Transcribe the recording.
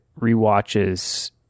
rewatches